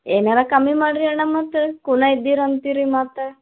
ಏನಾರ ಕಮ್ಮಿ ಮಾಡ್ರಿ ಅಣ್ಣ ಮತ್ತು ಖೂನ ಇದ್ದೀರಿ ಅಂತೀರಿ ಮತ್ತು